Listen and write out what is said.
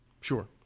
Sure